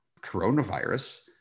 coronavirus